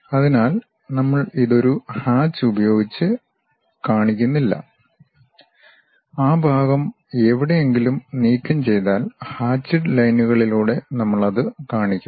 അതിനാൽ നമ്മൾ ഇത് ഒരു ഹാച്ച് ഉപയോഗിച്ചും കാണിക്കുന്നില്ല ആ ഭാഗം എവിടെയെങ്കിലും നീക്കംചെയ്താൽ ഹാചിഡ് ലൈൻകളിലൂടെ നമ്മൾ അത് കാണിക്കും